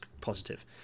positive